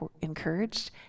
encouraged